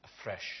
afresh